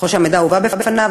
ככל שהמידע הובא בפניו,